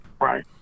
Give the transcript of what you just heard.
right